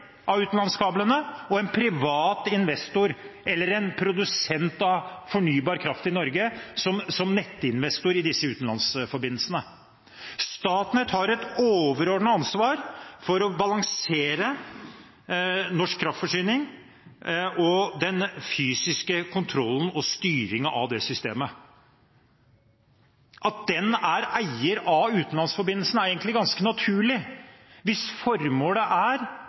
nettinvestor i disse utenlandsforbindelsene. Statnett har et overordnet ansvar for å balansere norsk kraftforsyning og den fysiske kontrollen og styringen av det systemet. At de er eier av utenlandsforbindelsene, er egentlig ganske naturlig hvis formålet er